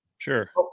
Sure